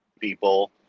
people